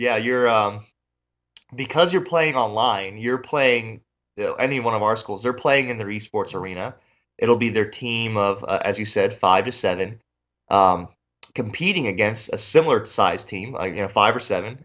yeah you're because you're playing online you're playing any one of our schools are playing in the resorts arena it'll be their team of as you said five to seven competing against a similar sized team you know five or seven